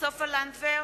סופה לנדבר,